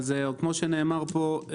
כמו שנאמר פה,